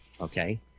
okay